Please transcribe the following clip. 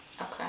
Okay